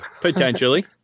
Potentially